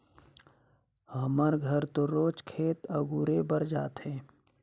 हमर घर तो रोज खेत अगुरे बर जाथे